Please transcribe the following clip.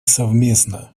совместно